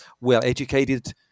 well-educated